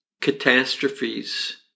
catastrophes